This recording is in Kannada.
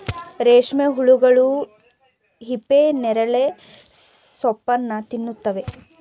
ರೇಷ್ಮೆ ಹುಳುಗಳು ಹಿಪ್ಪನೇರಳೆ ಸೋಪ್ಪನ್ನು ತಿನ್ನುತ್ತವೆ